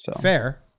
fair